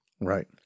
Right